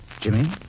Jimmy